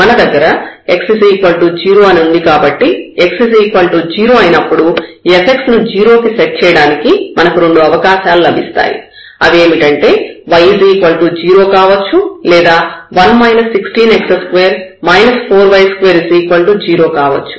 మన దగ్గర x 0 అని ఉంది కాబట్టి x 0 అయినప్పుడు fx ను 0 కి సెట్ చేయడానికి మనకు రెండు అవకాశాలు లభిస్తాయి అవేమిటంటే y 0 కావచ్చు లేదా 1 16x2 4y2 0 కావచ్చు